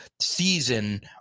season